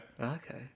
Okay